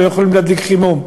לא יכולים להדליק חימום,